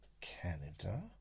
Canada